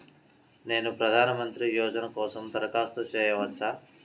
నేను ప్రధాన మంత్రి యోజన కోసం దరఖాస్తు చేయవచ్చా?